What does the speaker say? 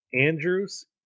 Andrews